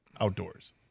outdoors